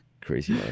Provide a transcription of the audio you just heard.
Crazy